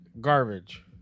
garbage